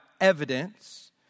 evidence